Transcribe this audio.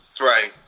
Right